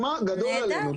גדול עלינו,